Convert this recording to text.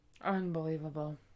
unbelievable